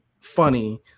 funny